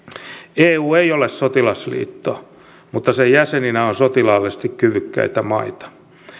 eu ei ole sotilasliitto mutta sen jäseninä on sotilaallisesti kyvykkäitä maita